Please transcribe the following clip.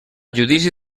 judici